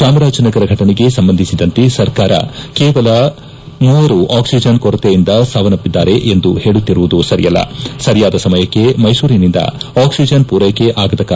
ಚಾಮರಾಜನಗರ ಘಟನೆಗೆ ಸಂಬಂಧಿಸಿದಂತೆ ಸರ್ಕಾರ ಕೇವಲ ಮೂವರು ಆಕ್ಸಿಜನ್ ಕೊರತೆಯಿಂದ ಸಾವನ್ನಪ್ಪಿದ್ದಾರೆಂದು ಹೇಳುತ್ತಿರುವುದು ಸರಿಯಲ್ಲಸರಿಯಾದ ಸಮಯಕ್ಕೆ ಮೈಸೂರಿನಿಂದ ಅಕ್ಸಿಜನ್ ಪೂರೈಕೆ ಮಹೇಶ್